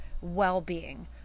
well-being